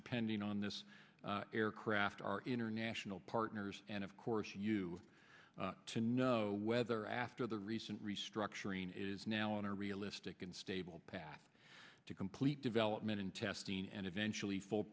depending on this aircraft our international partners and of course you to know whether after the recent restructuring is now a realistic and stable path to complete development and testing and eventually full